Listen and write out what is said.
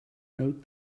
note